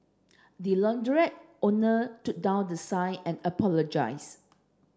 the launderette owner took down the sign and apologised